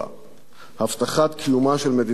הבטחת קיומה של מדינת ישראל,